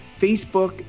facebook